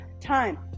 time